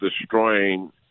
destroying